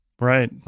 Right